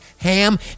Ham